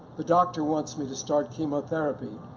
the doctor wants me to start chemotherapy,